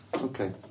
Okay